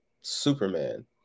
Superman